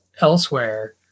elsewhere